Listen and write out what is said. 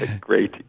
Great